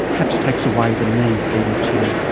perhaps takes away the need then to,